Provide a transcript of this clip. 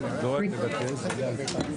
תודה.